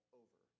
over